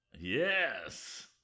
Yes